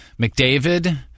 McDavid-